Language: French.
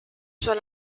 sont